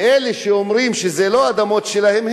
ואלה שאומרים שזה לא אדמות שלהם,